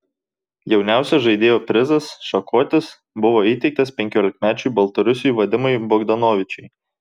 jauniausio žaidėjo prizas šakotis buvo įteiktas penkiolikmečiui baltarusiui vadimui bogdanovičiui